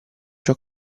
ciò